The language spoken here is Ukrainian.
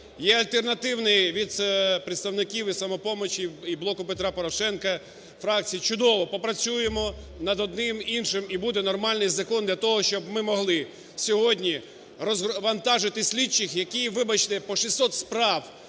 Є альтернативний від представників "Самопомочі" і "Блоку Петра Порошенка" фракцій. Чудово попрацюємо над одним і іншим, і буде нормальний закон, для того щоб ми могли сьогодні розвантажити слідчих, які, вибачте, по 600 справ,